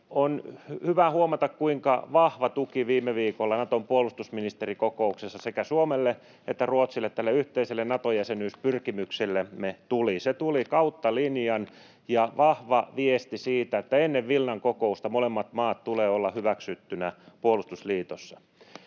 On hyvä huomata, kuinka vahva tuki viime viikolla Naton puolustusministerikokouksessa sekä Suomelle että Ruotsille, tälle yhteiselle Nato-jäsenyyspyrkimyksellemme, tuli. Se tuli kautta linjan ja vahva viesti siitä, että ennen Vilnan kokousta molemmat maat tulevat olemaan hyväksyttyinä puolustusliitossa.